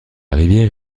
rivière